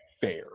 fair